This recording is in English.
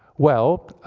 well,